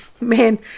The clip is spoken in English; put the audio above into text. man